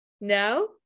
No